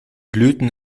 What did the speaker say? blüten